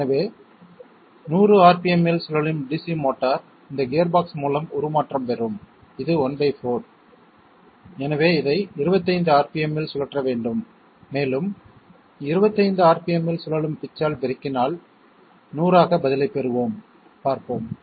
எனவே 100 rpm இல் சுழலும் DC மோட்டார் இந்த கியர்பாக்ஸ் மூலம் உருமாற்றம் பெறும் இது ¼ எனவே இதை 25 rpm இல் சுழற்ற வேண்டும் மேலும் 25 rpm இல் சுழலும் பிட்ச் ஆல் பெருக்கினால் 100 ஆகப் பதிலைப் பெறுவோம் பார்ப்போம்